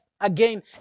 again